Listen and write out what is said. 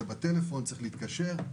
שזה בטלפון וצריך להתקשר,